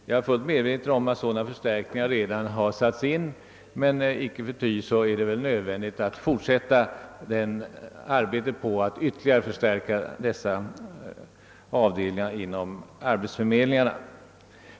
Jag är fullt medveten om att vissa förstärkningar redan har satts in, men icke förty är det nödvändigt att fortsätta arbetet på att ytterligare förstärka dessa avdelningar inom arbetsförmedlingarna.